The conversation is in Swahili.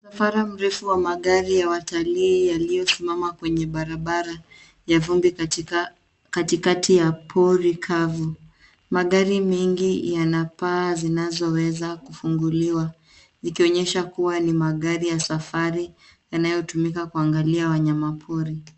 Msafara mrefu wa magari ya watalii yaliyosimama kwenye barabara ya vumbi katika ,katikati ya pori kavu. Magari mengi yanapaa zinazoweza kufunguliwa yakionyesha kuwa ni magari ya safari yanayotumika kuangalia wanyama pori.